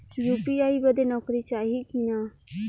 UPI बदे नौकरी चाही की ना?